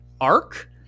arc